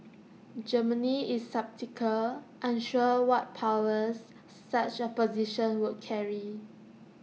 Germany is sceptical unsure what powers such A position would carry